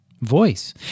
voice